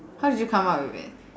how did you come up with it